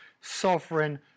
sovereign